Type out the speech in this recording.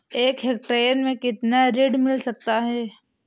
एक हेक्टेयर में कितना ऋण मिल सकता है?